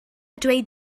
dweud